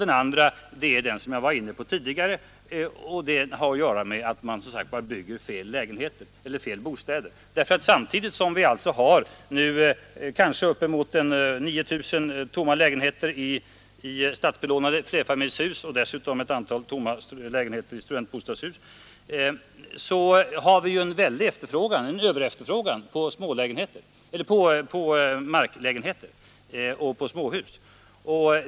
Den andra är den som jag var inne på tidigare, alltså att man bygger fel bostäder. Samtidigt som vi har upp emot 9 000 lägenheter i statsbelånade flerfamiljshus, och därtill ett antal tomma lägenheter i studentbostadshus, har vi en överefterfrågan på marklägenheter och på småhus.